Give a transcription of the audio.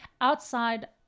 outside